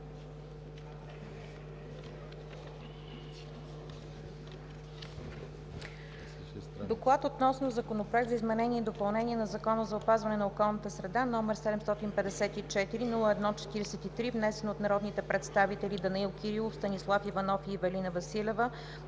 гласуване на Законопроект за изменение и допълнение на Закона за опазване на околната среда, № 754-01-43, внесен от народните представители Данаил Кирилов, Станислав Иванов и Ивелина Василева